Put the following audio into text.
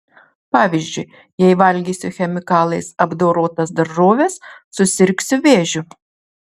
pavyzdžiui jei valgysiu chemikalais apdorotas daržoves susirgsiu vėžiu